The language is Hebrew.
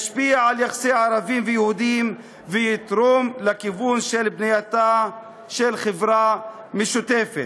ישפיע על יחסי ערבים ויהודים ויתרום לכיוון של בניית חברה משותפת.